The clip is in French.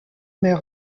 mer